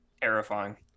terrifying